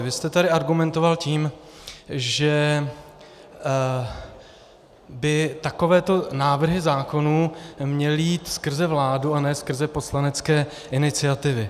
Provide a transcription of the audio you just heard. Vy jste tady argumentoval tím, že by takovéto návrhy zákonů měly jít skrze vládu a ne skrze poslanecké iniciativy.